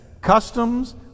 customs